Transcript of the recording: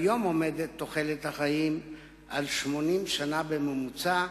כיום עומדת תוחלת החיים על 80 שנה בממוצע,